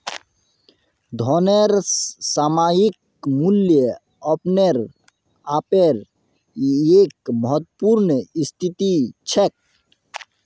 धनेर सामयिक मूल्य अपने आपेर एक महत्वपूर्ण स्थिति छेक